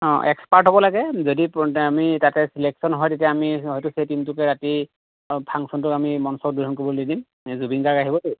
অঁ এক্সৰ্পাট হ'ব লাগে যদি তাতে আমি যদি ছিলেকচন হয় তেতিয়া আমি হয়তো সেই টিম টোকে ৰাতি আমি ফাংচনটোত আমি বিহু কৰিব দি দিম জুবিন গাৰ্গ আহিবতো